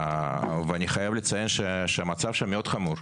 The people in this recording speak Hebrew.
ואני חייב לציין שהמצב שם מאוד חמור.